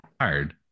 hard